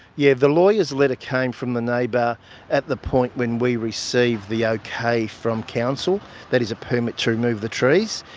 yeah the lawyer's letter came from the neighbour at the point where we received the okay from council that is a permit to remove the trees.